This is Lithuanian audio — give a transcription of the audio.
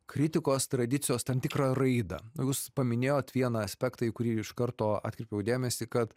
kritikos tradicijos tam tikrą raidą jūs paminėjot vieną aspektą į kurį iš karto atkreipiau dėmesį kad